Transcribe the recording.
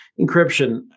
encryption